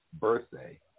birthday